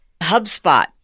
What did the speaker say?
HubSpot